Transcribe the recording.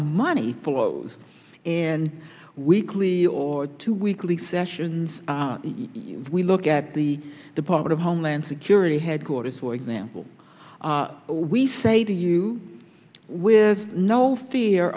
money flows and weekly or two weekly sessions we look at the department of homeland security headquarters for example we say to you with no fear